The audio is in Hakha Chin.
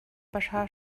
pahra